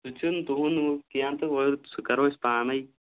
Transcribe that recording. سُہ چھِنہٕ تُہُنٛد ہُہ کینٛہہ تہٕ وَلہٕ سُہ کَرو أسۍ پانَے